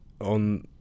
on